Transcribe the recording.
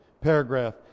paragraph